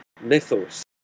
mythos